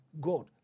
God